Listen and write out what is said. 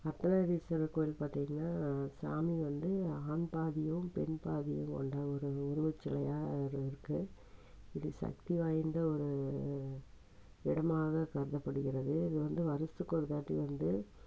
அர்த்தநாதீஸ்வரர் கோவில் பார்த்திங்கன்னா சாமி வந்து ஆண் பாதியும் பெண் பாதியும் ஒன்றாக ஒரு உருவச் சிலையாக அது இருக்கு இது சக்தி வாய்ந்த ஒரு இடமாக கருதப்படுகிறது இது வந்து வருஷத்து ஒருவாட்டி வந்து